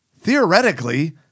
theoretically